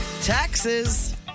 Taxes